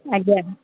ଆଜ୍ଞା